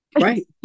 Right